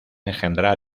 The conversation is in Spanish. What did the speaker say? engendrar